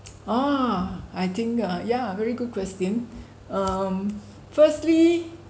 oh I think uh ya very good question um firstly